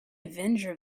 avenger